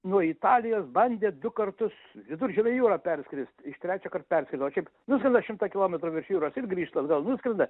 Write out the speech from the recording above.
nuo italijos bandė du kartus viduržemio jūrą perskrist iš trečio kart perskrido o šiaip nuskrenda šimtą kilometrų virš jūros ir grįžta atgal nuskrenda